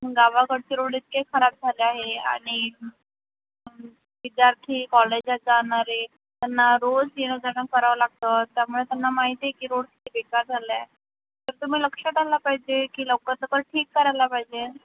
गावाकडचे रोड इतके खराब झाले आहे आणि विद्यार्थी कॉलेजात जाणारे त्यांना रोज येणंजाणं करावं लागतं त्यामुळे त्यांना माहिती आहे की रोड इथे बेकार झालं आहे तर तुम्ही लक्षात आलं पाहिजे की लवकर सगळं ठीक करायला पाहिजे